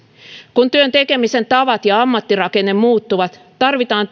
kun työn tekemisen tavat ja ammattirakenne muuttuvat tarvitaan